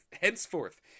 henceforth